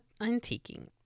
antiquing